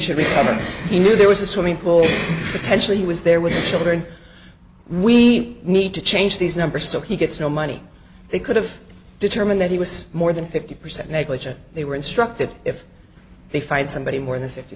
mean he knew there was a swimming pool potentially he was there with his children we need to change these numbers so he gets no money they could've determined that he was more than fifty percent negligent they were instructed if they find somebody more than fifty